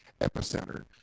epicenter